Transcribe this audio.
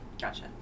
Gotcha